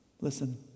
Listen